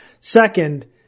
Second